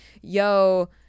yo